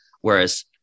Whereas